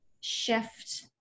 shift